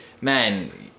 man